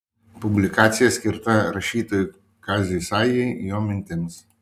publikacija skirta rašytojui kaziui sajai jo mintims